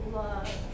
love